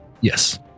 Yes